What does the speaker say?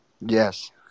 Yes